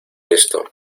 esto